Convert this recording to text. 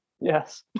Yes